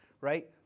Right